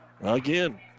Again